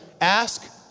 ask